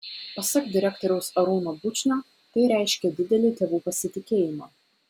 pasak direktoriaus arūno bučnio tai reiškia didelį tėvų pasitikėjimą